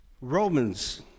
Romans